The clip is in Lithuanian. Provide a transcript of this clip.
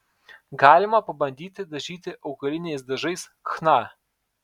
galima pabandyti dažyti augaliniais dažais chna